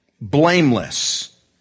blameless